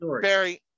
Barry